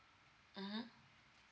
mmhmm